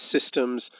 systems